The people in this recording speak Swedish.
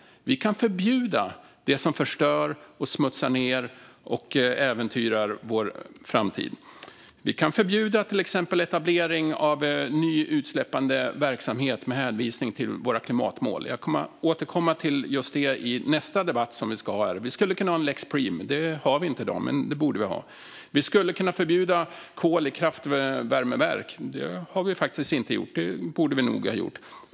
Vi kan förbjuda det som förstör, smutsar ned och äventyrar vår framtid. Vi kan förbjuda till exempel etablering av ny utsläppande verksamhet med hänvisning till våra klimatmål. Jag kommer att återkomma till just det i nästa debatt som vi ska ha här. Vi skulle kunna ha en lex Preem. Det har vi inte i dag, men det borde vi ha. Vi skulle kunna förbjuda kol i kraftvärmeverk. Det har vi faktiskt inte gjort, men det borde vi nog ha gjort.